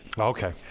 Okay